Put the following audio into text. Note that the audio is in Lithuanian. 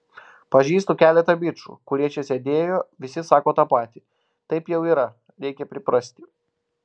pažįstu keletą bičų kurie čia sėdėjo visi sako tą patį taip jau yra reikia priprasti